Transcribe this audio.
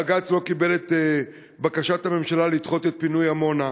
בג"ץ לא קיבל את בקשת הממשלה לדחות את פינוי עמונה,